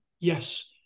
Yes